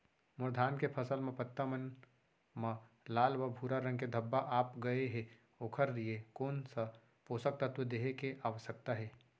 मोर धान के फसल म पत्ता मन म लाल व भूरा रंग के धब्बा आप गए हे ओखर लिए कोन स पोसक तत्व देहे के आवश्यकता हे?